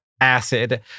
acid